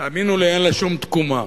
תאמינו לי, אין לה שום תקומה.